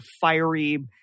fiery